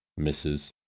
Mrs